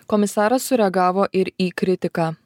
komisaras sureagavo ir į kritiką